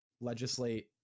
legislate